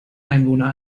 einwohner